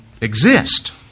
exist